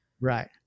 Right